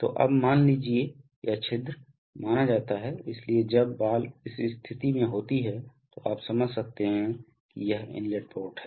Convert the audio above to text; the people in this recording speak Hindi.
तो अब मान लीजिए यह छिद्र माना जाता है इसलिए जब बॉल इस स्थिति में होती है तो आप समझ सकते हैं कि यह इनलेट पोर्ट है